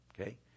Okay